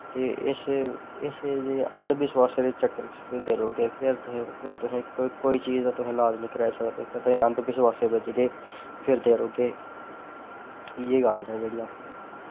ते इस अंधविशवासै दै चक्करै च फिरदे रौह्गे फिर तुसें कुसै चीज दा तुस इलाज़ नी कराई सकदे ते अंघविशवासें बिच्च गै फिरदे रौह्गे इयै गल्ल ऐ जेह्ड़ी